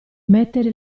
mettere